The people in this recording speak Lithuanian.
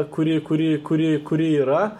kuri kuri kuri kuri yra